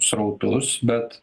srautus bet